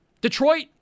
Detroit